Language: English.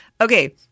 okay